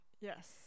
yes